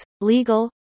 legal